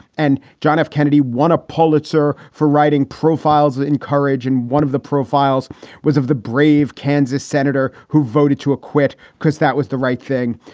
and john f. kennedy won a pulitzer for writing profiles in courage. and one of the profiles was of the brave kansas senator who voted to acquit because that was the right thing.